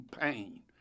pain